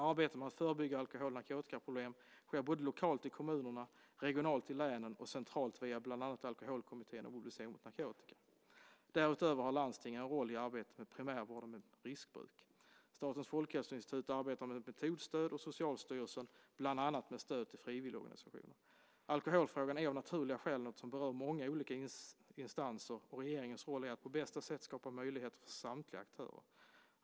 Arbetet med att förebygga alkohol och narkotikaproblem sker både lokalt i kommunerna, regionalt i länen och centralt via bland annat Alkoholkommittén och Mobilisering mot narkotika. Därutöver har landstingen en roll i arbetet i primärvården med riskbruk. Statens folkhälsoinstitut arbetar med metodstöd och Socialstyrelsen bland annat med stöd till frivilligorganisationer. Alkoholfrågan är av naturliga skäl något som berör många olika instanser, och regeringens roll är att på bästa sätt skapa möjligheter för samtliga aktörer.